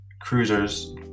Cruisers